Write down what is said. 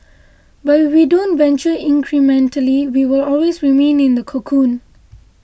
but if we don't venture incrementally we will always remain in the cocoon